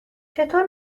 چطور